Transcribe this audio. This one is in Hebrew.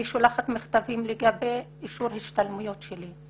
אני שולחת מכתבים לגבי אישור השתלמויות שלי,